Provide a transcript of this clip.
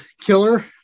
killer